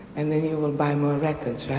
and then you will buy more records. yeah